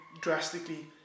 drastically